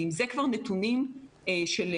אלה התוצאות לפי